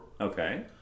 Okay